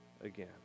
again